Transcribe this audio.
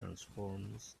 transforms